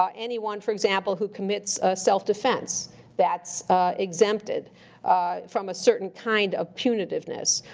um anyone, for example, who commits self-defense that's exempted from a certain kind of punitiveness.